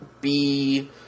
B-